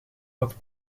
wat